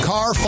Car